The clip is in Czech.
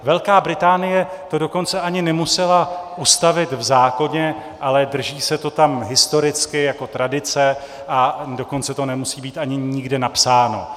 Velká Británie to dokonce ani nemusela ustavit v zákoně, ale drží se to tam historicky jako tradice, a dokonce to nemusí být ani nikde napsáno.